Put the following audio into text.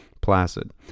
placid